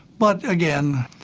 but again,